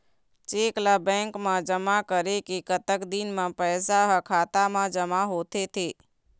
Cheque ला bank मा जमा करे के कतक दिन मा पैसा हा खाता मा जमा होथे थे?